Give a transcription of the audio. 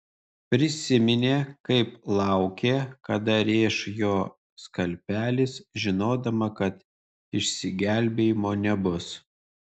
prisiminė kaip laukė kada rėš jo skalpelis žinodama kad išsigelbėjimo nebus